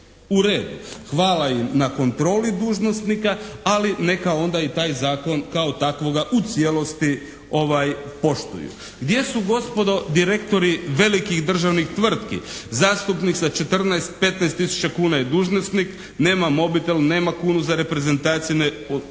u redu. Hvala im na kontroli dužnosnika ali neka onda i taj zakon kao takvoga u cijelosti poštuju. Gdje su gospodo direktori velikih državnih tvrtki? Zastupnik sa 14-15 tisuća kuna je dužnosnik, nema mobitel, nema kunu za reprezentacije, ne odlučuje